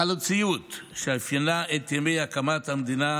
החלוציות שאפיינה את ימי הקמת המדינה,